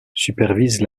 supervise